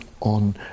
on